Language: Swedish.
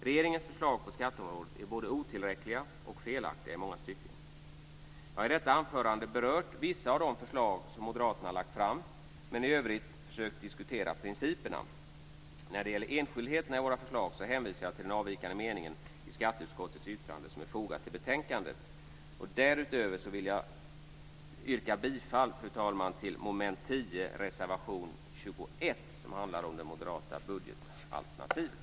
Regeringens förslag på skatteområdet är både otillräckliga och felaktiga i många stycken. Jag har i detta anförande berört vissa av de förslag som moderaterna lagt fram, men i övrigt försökt diskutera principerna. När det gäller enskildheterna i våra förslag hänvisar jag till den avvikande meningen i skatteutskottets yttrande som är fogat till betänkandet. Därutöver vill jag yrka bifall, fru talman, till reservation 21 under mom. 10, som handlar om det moderata budgetalternativet.